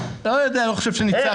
לא יודע, לא חושב שניצחתי.